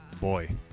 boy